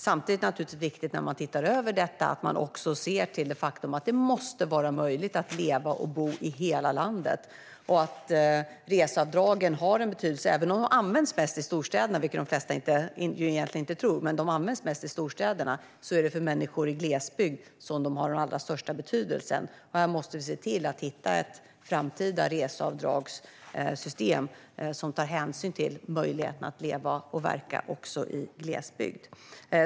Samtidigt är det naturligtvis viktigt när man tittar över detta att man ser till det faktum att det måste vara möjligt att leva och bo i hela landet. Reseavdragen har en betydelse. Även om de används mest i storstäderna, vilket de flesta inte tror, har de allra störst betydelse för människor i glesbygd. Vi måste se till att hitta ett framtida reseavdragssystem som tar hänsyn till möjligheten att leva och verka även i glesbygd.